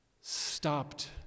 stopped